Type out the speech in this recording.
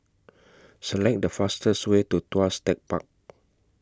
Select The fastest Way to Tuas Tech Park